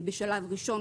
בשלב ראשון,